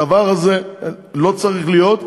הדבר הזה לא צריך להיות,